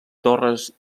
torres